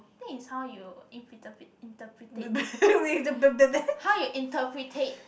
think it's how you interpret it how you interpretate